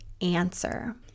answer